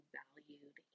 valued